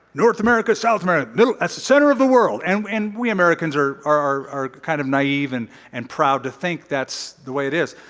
north america, south america that's the center of the world. and and we americans are are kind of naive and and proud to think that's the way it is.